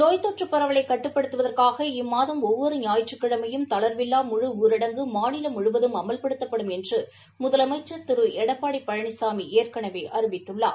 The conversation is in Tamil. நோய்த் தொற்றுப் பரவலை கட்டுப்படுத்துவதற்காக இம்மாதம் ஒவ்வொரு ஞாயிற்றுக்கிழமையும் தளர்வில்லா முழுஊரடங்கு மாநிலம் முழுவதும் அமல்படுத்தப்படும் என்று முதலமைச்சர் ஏற்கனவே அறிவித்துள்ளார்